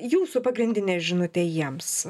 jūsų pagrindinė žinutė jiems